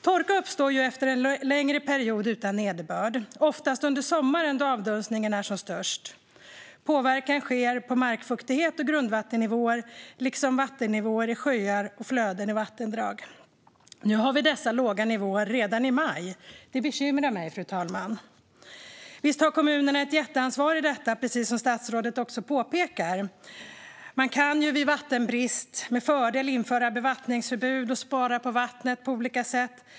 Torka uppstår efter en längre period utan nederbörd, oftast under sommaren, då avdunstningen är som störst. Påverkan sker på markfuktighet och grundvattennivåer, liksom på vattennivån i sjöar och flöden i vattendrag. Nu har vi dessa låga nivåer redan i maj. Det bekymrar mig, fru talman. Visst har kommunerna ett jätteansvar i detta, precis som statsrådet också påpekar. Man kan vid vattenbrist med fördel införa bevattningsförbud och spara på vattnet på olika sätt.